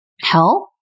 Help